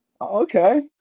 okay